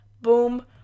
boom